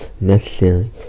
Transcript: necessary